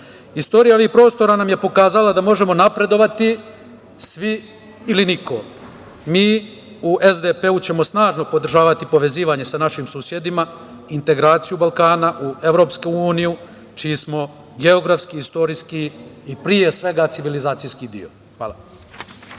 ovih prostora nam je pokazala da možemo napredovati svi ili niko. Mi u SDP-u ćemo snažno podržavati povezivanje sa našim susedima, integraciju Balkana u Evropsku uniju, čiji smo geografski, istorijski i pre svega civilizacijski deo. Hvala.